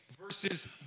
versus